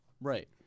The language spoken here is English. Right